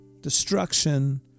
destruction